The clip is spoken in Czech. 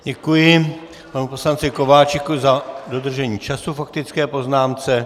Děkuji panu poslanci Kováčikovu za dodržení času k faktické poznámce.